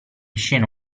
scena